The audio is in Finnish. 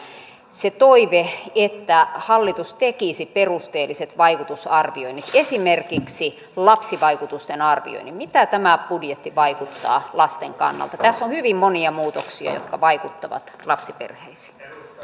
se toive että hallitus tekisi perusteelliset vaikutusarvioinnit esimerkiksi lapsivaikutusten arvioinnin mitä tämä budjetti vaikuttaa lasten kannalta tässä on hyvin monia muutoksia jotka vaikuttavat lapsiperheisiin